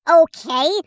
okay